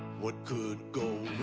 what could go